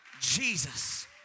Jesus